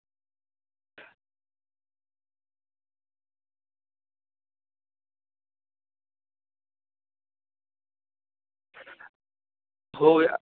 ᱦᱳᱭ